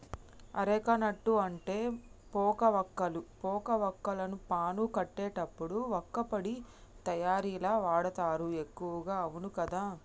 areca nut అంటే పోక వక్కలు, పోక వాక్కులను పాను కట్టేటప్పుడు వక్కపొడి తయారీల వాడుతారు ఎక్కువగా అవును కదా